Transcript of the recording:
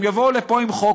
הם יבואו לפה עם חוק,